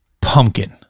pumpkin